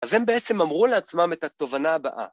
‫אז הם בעצם אמרו לעצמם ‫את התובנה הבאה.